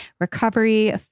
recovery